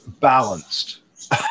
balanced